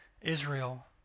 Israel